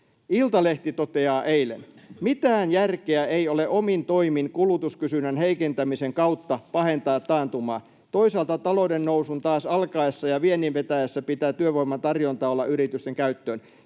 Iltalehti totesi eilen: ”Mitään järkeä ei ole omin toimin, kulutuskysynnän heikentämisen kautta, pahentaa taantumaa. Toisaalta talouden nousun taas alkaessa ja viennin vetäessä pitää työvoiman tarjonta olla yritysten käyttöön.”